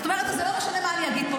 זאת אומרת שזה לא משנה מה אני אגיד פה.